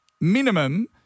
minimum